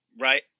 Right